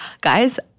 Guys